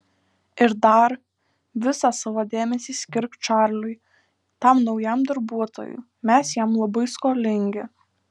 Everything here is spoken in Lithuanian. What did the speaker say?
ir dar visą savo dėmesį skirk čarliui tam naujam darbuotojui mes jam labai skolingi